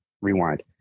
rewind